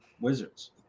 Wizards